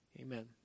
Amen